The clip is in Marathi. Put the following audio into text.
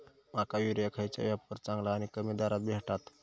माका युरिया खयच्या ऍपवर चांगला आणि कमी दरात भेटात?